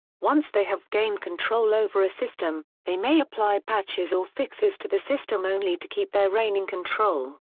once they have gained control over a system, they may apply patches or fixes to the system only to keep their reigning control.